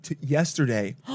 yesterday